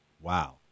Wow